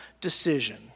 decision